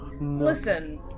Listen